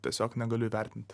tiesiog negaliu įvertint